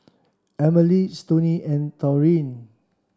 Emmalee Stoney and Taurean